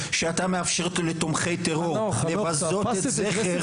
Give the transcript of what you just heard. כשאתה מאפשר לתומכי טרור לבזות את זכר